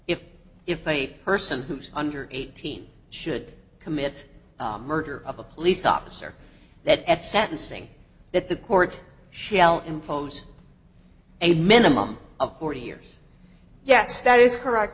if if a person who's under eighteen should commit murder of a police officer that at sentencing that the court shell impose a minimum of forty years yes that is correct